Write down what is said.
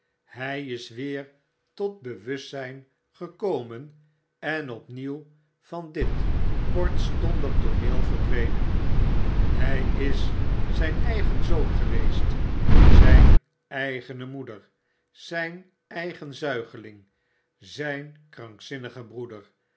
hij is weer tot bewustzp gekomen en opnieuw van dit kortstondig tooneel verdwenen by is zyn eigen zoon geweest zijn eigene moeder zyn eigen zuigeling zijn krankzinnige broeder